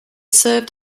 served